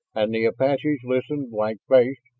and the apaches listened blank-faced,